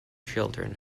children